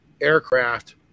aircraft